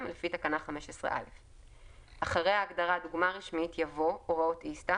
לפי תקנה 15א,"; כאמור את התוספת הראשונה